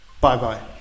Bye-bye